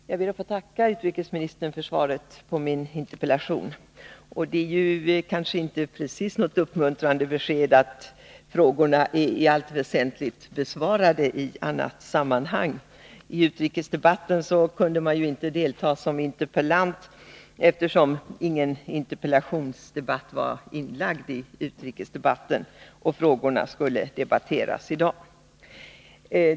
Herr talman! Jag ber att få tacka utrikesministern för svaret på min interpellation. Det är inte precis något uppmuntrande besked att frågorna i allt väsentligt är besvarade i annat sammanhang. I utrikesdebatten kunde man ju inte delta som interpellant, eftersom ingen interpellationsdebatt var inlagd i den debatten och frågorna dessutom skulle debatteras i dag.